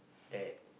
that